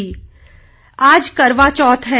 करवा चौथ आज करवा चौथ है